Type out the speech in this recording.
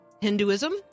Hinduism